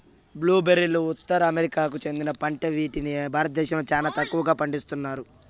blue బెర్రీలు ఉత్తర అమెరికాకు చెందిన పంట వీటిని భారతదేశంలో చానా తక్కువగా పండిస్తన్నారు